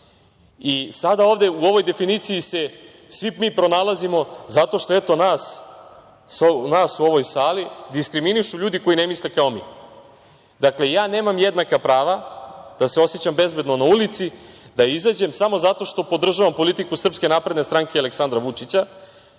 Sada ovde u ovoj definiciji se svi mi pronalazimo zato što, eto, nas u ovoj sali diskriminišu ljudi koji ne misle kao meni. Dakle, ja nemam jednaka prava da se osećam bezbedno na ulici, da izađem, samo zato što podržavam politiku SNS i Aleksandra Vučića,